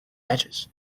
matches